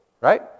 Right